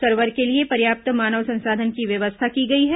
server के लिए पर्याप्त मानव संसाधन की व्यवस्था की गई है